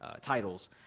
titles